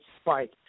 spike